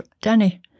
Danny